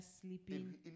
sleeping